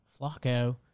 Flacco